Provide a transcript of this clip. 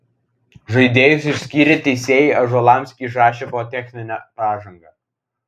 žaidėjus išskyrę teisėjai ąžuolams išrašė po techninę pražangą